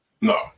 No